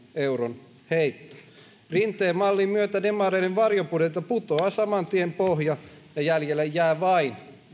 euron heitto rinteen mallin myötä demareiden varjobudjetilta putoaa saman tien pohja ja jäljelle jää vain